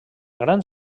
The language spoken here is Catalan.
gran